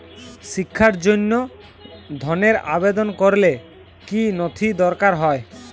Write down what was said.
শিক্ষার জন্য ধনের আবেদন করলে কী নথি দরকার হয়?